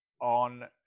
on